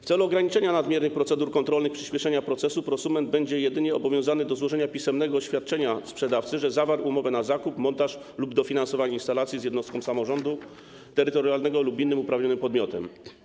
W celu ograniczenia nadmiernych procedur kontrolnych i przyspieszenia procesu prosument będzie jedynie obowiązany do złożenia pisemnego oświadczenia sprzedawcy, że zawarł umowę na zakup, montaż lub dofinansowanie instalacji z jednostką samorządu terytorialnego lub innym uprawnionym podmiotem.